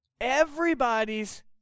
everybody's